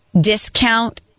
discount